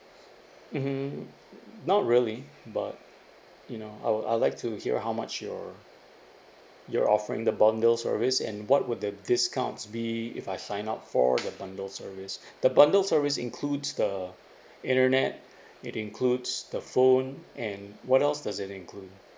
mmhmm not really but you know I'll I'll like to hear how much you're you're offering the bundle service and what would the discounts be if I sign up for the bundle service the bundle service includes the internet it includes the phone and what else does it include